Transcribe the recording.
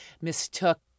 mistook